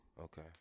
Okay